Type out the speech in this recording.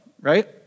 right